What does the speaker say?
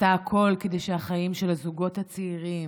עשתה הכול כדי שהחיים של הזוגות הצעירים,